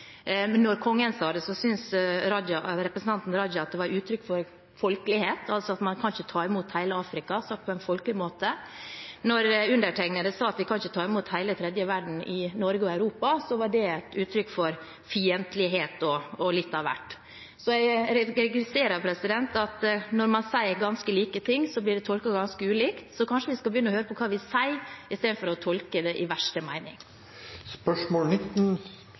var uttrykk for folkelighet, at man ikke kan ta imot hele Afrika, sagt på en folkelig måte. Da jeg sa at vi ikke kan ta imot hele den tredje verden i Norge og Europa, var det et uttrykk for fiendtlighet og litt av hvert. Jeg registrerer at når man sier ganske like ting, blir det tolket ganske ulikt. Kanskje vi skal begynne å høre på hva vi sier, istedenfor å tolke det i verste mening. Da går vi til spørsmål 19.